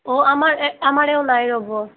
অঁ আমাৰ আমাৰ এওঁ নাই ৰ'ব